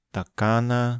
Takana